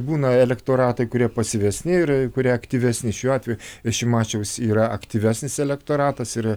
būna elektoratai kurie pasyvesni ir kurie aktyvesni šiuo atveju šimašiaus yra aktyvesnis elektoratas ir